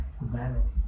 humanity